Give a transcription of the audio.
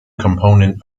component